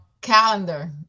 Calendar